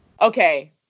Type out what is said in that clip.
Okay